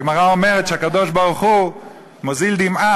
הגמרא אומרת שהקדוש-ברוך-הוא מזיל דמעה,